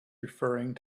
referring